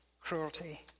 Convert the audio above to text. cruelty